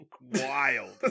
wild